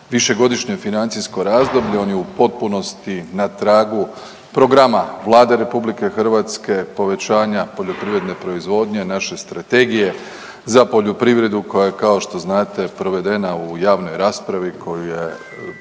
višegodišnje financijsko razdoblje on je u potpunosti na tragu programa Vlade RH povećanja poljoprivredne proizvodnje naše strategije za poljoprivredu koja je kao što znate provedena u javnoj raspravi koju je